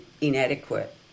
inadequate